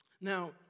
Now